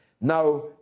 now